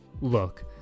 Look